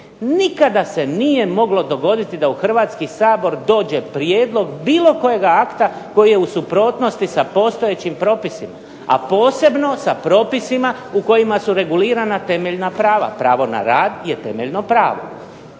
nikada se nije moglo dogoditi da u Hrvatski sabor dođe prijedlog bilo kojega akta koji je u suprotnosti sa postojećim propisima, a posebno sa propisima u kojima su regulirana temeljna prava, pravo na rad je temeljno pravo.